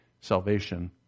Salvation